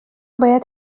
باید